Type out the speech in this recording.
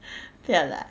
不要 lah